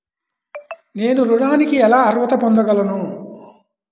నేను ఋణానికి ఎలా అర్హత పొందగలను?